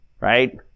right